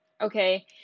okay